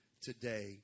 today